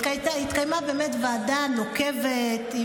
התקיימה באמת ועדה נוקבת,